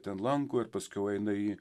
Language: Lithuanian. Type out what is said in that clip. ten lanko ir paskiau eina į